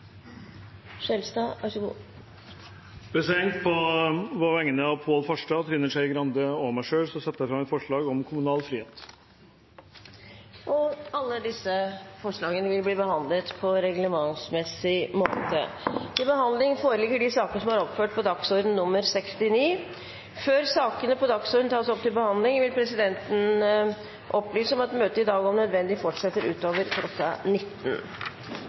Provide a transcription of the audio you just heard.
På vegne av Pål Farstad, Trine Skei Grande og meg selv setter jeg fram et forslag om kommunal frihet. Alle forslagene vil bli behandlet på reglementsmessig måte. Før sakene på dagsordenen tas opp til behandling, vil presidenten opplyse om at møtet i dag om nødvendig fortsetter utover